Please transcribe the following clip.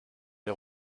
les